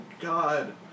god